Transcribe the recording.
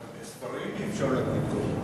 גם בספרים אי-אפשר להגיד כל דבר.